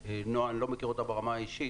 אני לא מכיר את נועה ברמה האישית